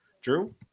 Drew